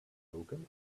token